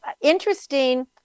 interesting